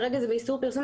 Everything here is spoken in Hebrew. כרגע זה באיסור פרסום,